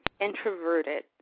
introverted